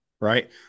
right